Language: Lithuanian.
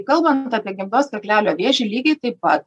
kalbant apie gimdos kaklelio vėžį lygiai taip pat